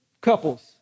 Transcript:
couples